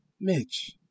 Mitch